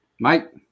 Mike